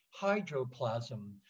hydroplasm